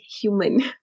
human